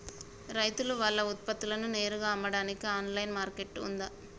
రైతులు వాళ్ల ఉత్పత్తులను నేరుగా అమ్మడానికి ఆన్లైన్ మార్కెట్ ఉందా?